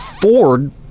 Ford